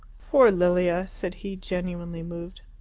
poor lilia, said he, genuinely moved.